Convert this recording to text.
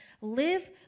live